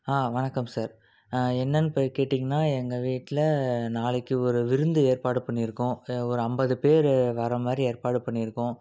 ஆ வணக்கம் சார் ஆ என்னென்னு இப்போ கேட்டீங்கனால் எங்கள் வீட்டில் நாளைக்கு ஒரு விருந்து ஏற்பாடு பண்ணியிருக்கோம் ஒரு ஐம்பது பேர் வரமாதிரி ஏற்பாடு பண்ணியிருக்கோம்